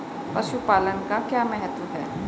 पशुपालन का क्या महत्व है?